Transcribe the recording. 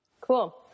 Cool